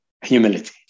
Humility